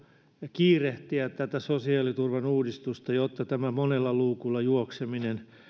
kiirehtiä tätä sosiaaliturvan uudistusta jotta tämä monella luukulla juokseminen